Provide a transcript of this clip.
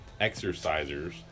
exercisers